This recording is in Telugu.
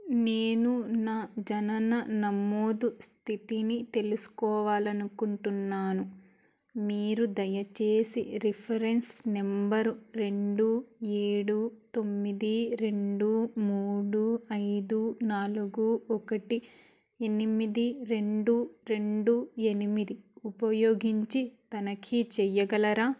నేను నా జనన నమోదు స్థితిని తెలుసుకోవాలి అనుకుంటున్నాను మీరు దయచేసి రిఫరెన్స్ నెంబర్ రెండు ఏడు తొమ్మిది రెండు మూడు ఐదు నాలుగు ఒకటి ఎనిమిది రెండు రెండు ఎనిమిది ఉపయోగించి తనిఖీ చెయ్యగలరా